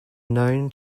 known